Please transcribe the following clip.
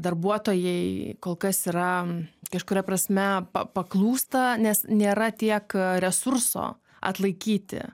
darbuotojai kol kas yra kažkuria prasme pa paklūsta nes nėra tiek resursų atlaikyti